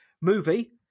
movie